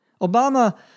Obama